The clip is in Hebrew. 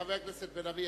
חבר הכנסת בן-ארי,